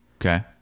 Okay